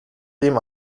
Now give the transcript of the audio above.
ihm